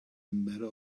matter